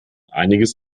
einiges